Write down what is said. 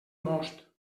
most